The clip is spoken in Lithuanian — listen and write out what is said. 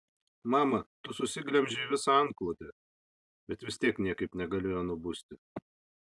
mama tu susiglemžei visą antklodę bet vis tiek niekaip negalėjo nubusti